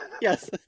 Yes